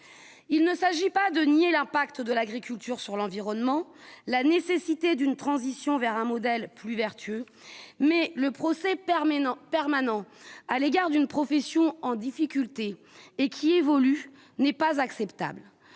il ne s'agit pas de nier l'impact de l'Agriculture, sur l'environnement, la nécessité d'une transition vers un modèle plus vertueux, mais le procès permanent, permanent à l'égard d'une profession en difficulté et qui évolue, n'est pas acceptable